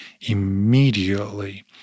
Immediately